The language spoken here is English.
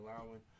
allowing